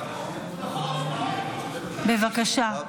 שני ------ בבקשה.